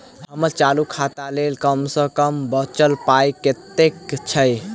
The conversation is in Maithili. हम्मर चालू खाता लेल कम सँ कम बचल पाइ कतेक छै?